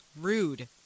rude